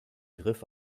griff